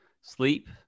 sleep